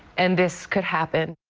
and this could happen.